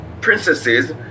princesses